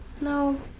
No